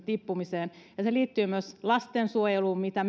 tippumiseen se liittyy myös lastensuojeluun mitä